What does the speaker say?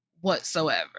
whatsoever